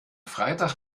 freitag